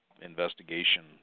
investigation